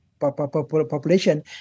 population